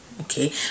okay